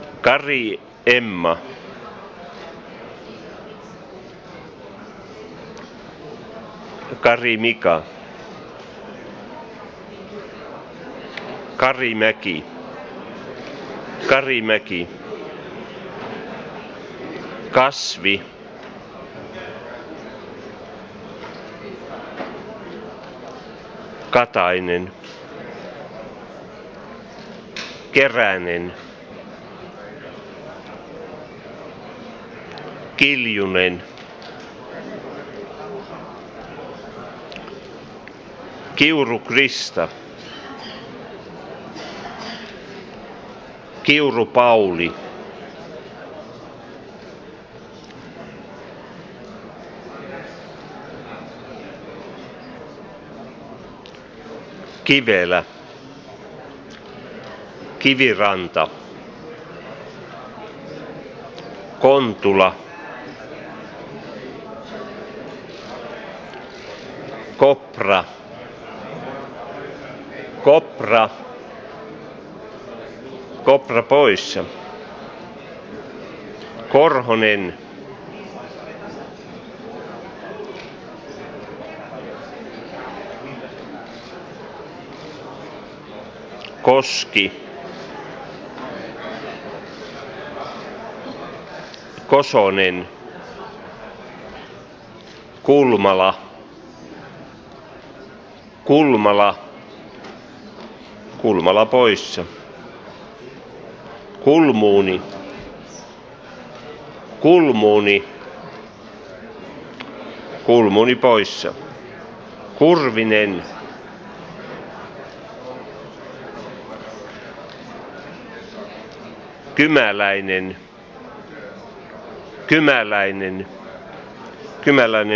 äänestyksessä maitrise culture et communication master in politics and administration master in public administration m